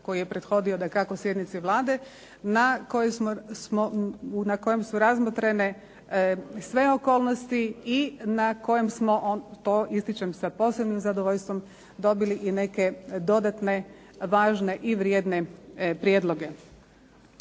koji je prethodio dakako sjednici Vlade na kojoj su razmotrene sve okolnosti i na kojem smo, to ističem sa posebnim zadovoljstvom, dobili i neke dodatne važne i vrijedne prijedloge.